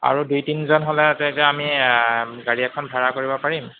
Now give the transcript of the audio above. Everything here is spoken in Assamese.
আৰু দুই তিনিজন হ'লে তেতিয়া আমি গাড়ী এখন ভাড়া কৰিব পাৰিম